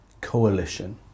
coalition